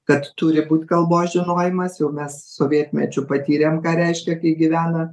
kad turi būt kalbos žinojimas jau mes sovietmečiu patyrėm ką reiškia kai gyvena